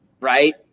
right